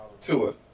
Tua